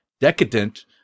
decadent